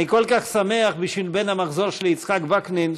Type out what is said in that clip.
אני כל כך שמח בשביל בן המחזור שלי יצחק וקנין,